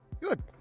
Good